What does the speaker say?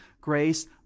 grace